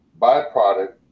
byproduct